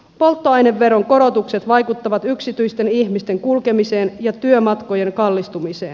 polttoaineveron korotukset vaikuttavat yksityisten ihmisten kulkemiseen ja työmatkojen kallistumiseen